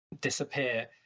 disappear